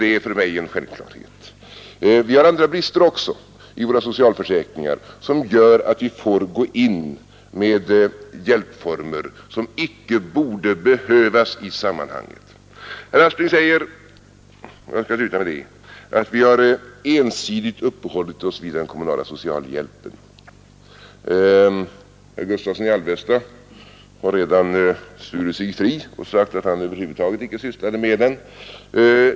Det är för mig en självklarhet. Våra socialförsäkringar har även andra brister, som gör att vi får gå in med hjälpformer, vilka inte borde behövas i sammanhanget. Herr Aspling säger — och jag skall sluta med det — att vi ensidigt har uppehållit oss vid den kommunala socialhjälpen. Herr Gustavsson i Alvesta har redan svurit sig fri och sagt att han över huvud taget inte har sysslat med den.